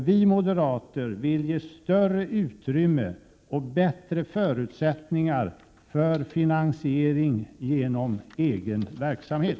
Vi moderater vill ge större utrymme och bättre förutsättningar för finansiering genom egen verksamhet.